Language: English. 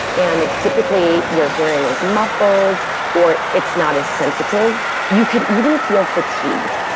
and it's typically your hearing is muffled or it's not as sensitive. you could even feel fatigued.